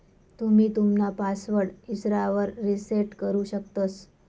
तुम्ही तुमना पासवर्ड इसरावर रिसेट करु शकतंस